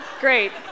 Great